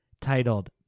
titled